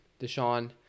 Deshaun